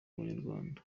w’abanyarwanda